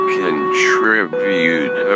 contribute